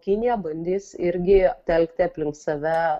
kinija bandys irgi telkti aplink save